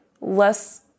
less